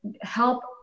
help